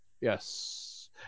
Yes